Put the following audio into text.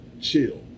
Chill